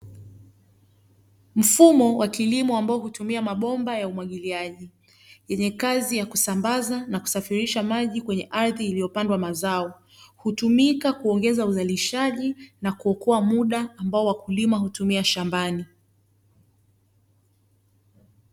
Mfumo wa kilimo ambao hutumia mabomba ya umwagiliaji, yenye kazi ya kusambaza na kusafirisha maji kwenye ardhi iliyopandwa mazao. Hutumika kuongeza uzalishaji na kuokoa muda ambao wakulima hutumia shambani.